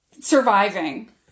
surviving